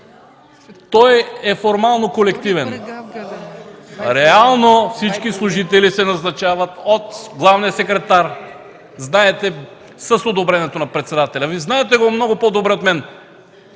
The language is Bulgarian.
Той е формално колективен. Реално всички служители се назначават от главния секретар, знаете, с одобрението на председателя. Знаете го много по-добре от мен